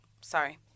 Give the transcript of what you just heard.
Sorry